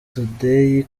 tudeyi